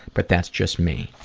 but that's just me.